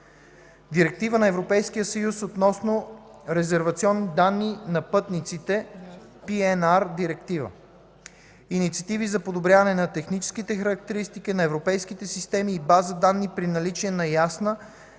Директива на ЕС относно резервационните данни на пътниците (PNR Директива); - инициативи за подобряване на техническите характеристики на европейските системи и база данни при наличие на ясна и подробна